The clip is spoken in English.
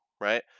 right